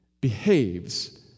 Behaves